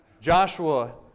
Joshua